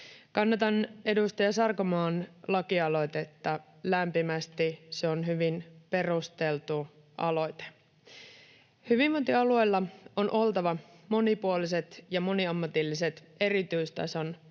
Kannatan edustaja Sarkomaan lakialoitetta lämpimästi. Se on hyvin perusteltu aloite. Hyvinvointialueilla on oltava monipuoliset ja moniammatilliset erityistason